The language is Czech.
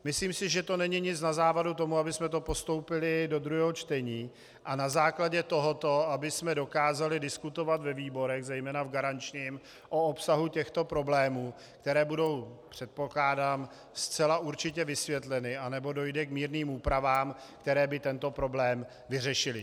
Myslím si, že to není nic na závadu tomu, abychom to postoupili do druhého čtení a na základě tohoto abychom dokázali diskutovat ve výborech, zejména v garančním, o obsahu těchto problémů, které budou, předpokládám, zcela určitě vysvětleny nebo dojde k mírným úpravám, které by tento problém vyřešily.